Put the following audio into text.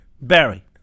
Barry